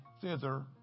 thither